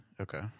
Okay